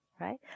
Right